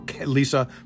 Lisa